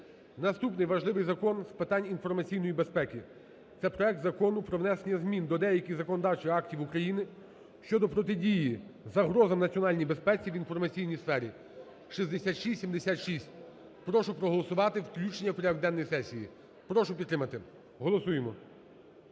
Наступний важливий Закон з питань інформаційної безпеки, це проект Закону про внесення змін до деяких законодавчих актів України щодо протидії загрозам національній безпеці в інформаційній сфері (6676). Прошу проголосувати включення в порядок денний сесії. Прошу підтримати, голосуємо.